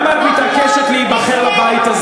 הזכות לבחור ולהיבחר